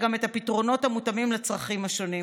גם את הפתרונות המותאמים לצרכים השונים,